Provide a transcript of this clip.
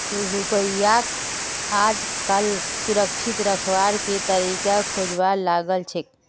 रुपयाक आजकल सुरक्षित रखवार के तरीका खोजवा लागल छेक